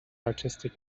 artistic